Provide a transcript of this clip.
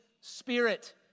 Spirit